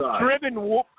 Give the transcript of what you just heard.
driven